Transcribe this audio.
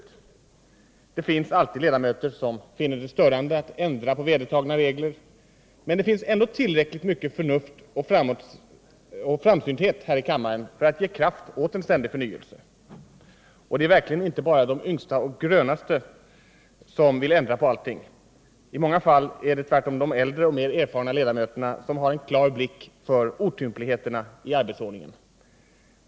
Det finns naturligtvis alltid ledamöter som finner det störande att ändra på vedertagna regler, men det finns ändå tillräckligt mycket förnuft och framsynthet här i kammaren för att ge kraft åt en ständig förnyelse. Och det är verkligen inte bara de yngsta och de grönaste som vill ändra på allting — i många fall är det tvärtom de äldsta och mest erfarna ledamöterna som har en klar blick för otympligheter i arbetsordningen.